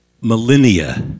millennia